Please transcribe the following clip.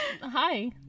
Hi